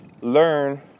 learn